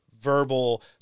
verbal